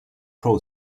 pro